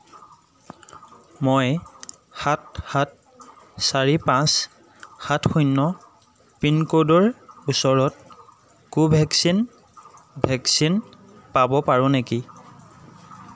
মই সাত সাত চাৰি পাঁচ সাত শূন্য পিনক'ডৰ ওচৰত কোভেক্সিন ভেকচিন পাব পাৰোঁ নেকি